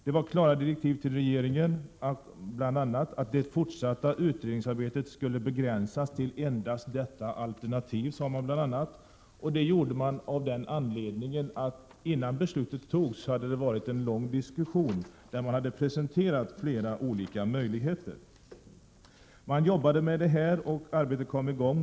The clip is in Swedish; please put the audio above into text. Det gavs klara direktiv till regeringen. Det fortsatta utredningsarbetet skulle begränsas till endast detta alternativ, sade man bl.a., och det gjorde man av den anledningen att innan riksdagsbeslutet togs hade det varit en lång diskussion där flera olika möjligheter hade presenterats.